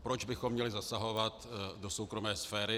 Proč bychom měli zasahovat do soukromé sféry?